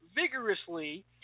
vigorously